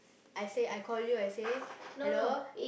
I say I call you I say hello